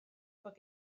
bod